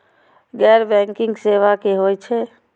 गैर बैंकिंग सेवा की होय छेय?